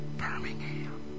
Birmingham